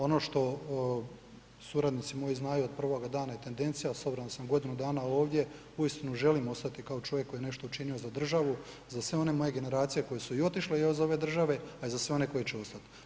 Ono što suradnici moji znaju od prvoga dana je tendencija s obzirom da sam godinu dana ovdje uistinu želim ostati kao čovjek koji je nešto učinio za državu, za sve one moje generacije koje su i otišle iz ove države a i za sve one koji će ostati.